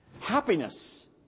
happiness